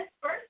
first